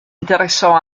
interessò